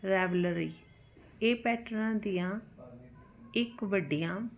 rivalry ਇਹ ਪੈਟਰਨਾਂ ਦੀਆਂ ਇੱਕ ਵੱਡੀਆਂ